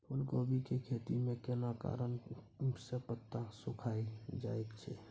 फूलकोबी के खेती में केना कारण से पत्ता सिकुरल जाईत छै?